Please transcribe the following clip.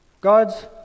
God's